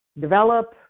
develop